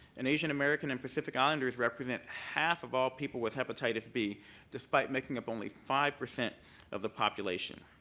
and asian american and pacific islanders represent half of all people with hepatitis b despite making up only five percent of the population.